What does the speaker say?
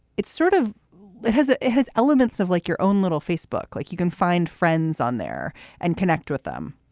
it's sort of it has it has elements of like your own little facebook, like you can find friends on there and connect with them